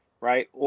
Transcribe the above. right